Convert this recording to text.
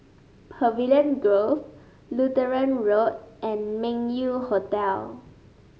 Pavilion Grove Lutheran Road and Meng Yew Hotel